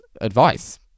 advice